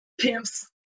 pimps